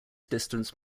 distance